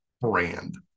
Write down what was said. brand